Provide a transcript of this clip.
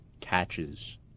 catches